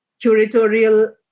curatorial